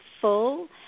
full